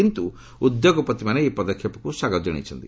କିନ୍ତୁ ଉଦ୍ୟୋଗପତିମାନେ ଏହି ପଦକ୍ଷେପକୁ ସ୍ୱାଗତ କରିଛନ୍ତି